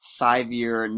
five-year